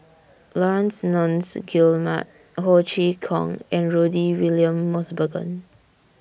Laurence Nunns Guillemard Ho Chee Kong and Rudy William Mosbergen